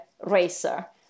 racer